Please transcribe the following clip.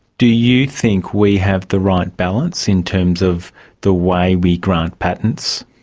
do you think we have the right balance in terms of the way we grant patents?